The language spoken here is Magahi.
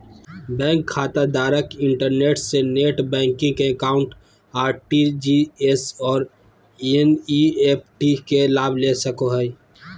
बैंक खाताधारक इंटरनेट से नेट बैंकिंग अकाउंट, आर.टी.जी.एस और एन.इ.एफ.टी के लाभ ले सको हइ